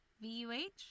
V-U-H